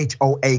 HOA